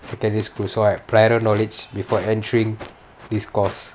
secondary school so I have prior knowledge before entering this course